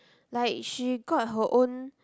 like she got her own